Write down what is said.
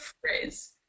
phrase